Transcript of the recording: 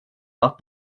not